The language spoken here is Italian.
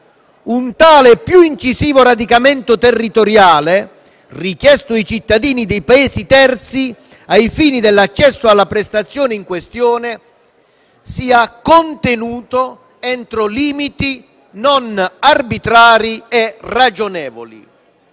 un tale più incisivo radicamento territoriale, richiesto ai cittadini di Paesi terzi ai fini dell'accesso alle prestazioni in questione, sia contenuto entro limiti non arbitrari e non irragionevoli.